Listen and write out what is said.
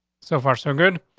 so far, so good.